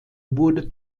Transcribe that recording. wurde